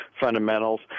fundamentals